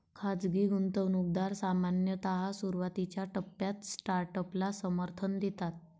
खाजगी गुंतवणूकदार सामान्यतः सुरुवातीच्या टप्प्यात स्टार्टअपला समर्थन देतात